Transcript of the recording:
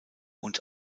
und